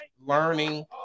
learning